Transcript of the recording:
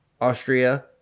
Austria